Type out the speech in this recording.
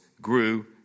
grew